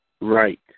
Right